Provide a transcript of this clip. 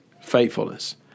faithfulness